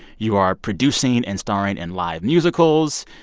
you are producing and starring in live musicals.